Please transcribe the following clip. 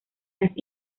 las